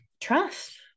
trust